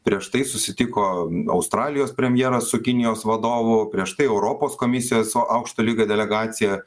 prieš tai susitiko australijos premjeras su kinijos vadovu prieš tai europos komisijos aukšto lygio delegacija